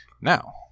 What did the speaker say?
Now